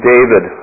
David